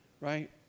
Right